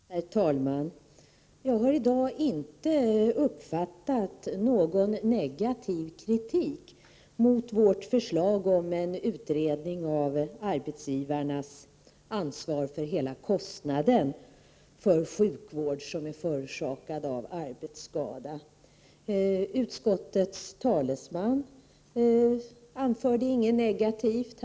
Herr talman! Jag har i dag inte uppfattat någon negativ kritik mot vårt förslag om en utredning av arbetsgivarnas ansvar för hela kostnaden för sjukvård som är förorsakad av arbetsskada. Utskottets talesman anförde ingenting negativt.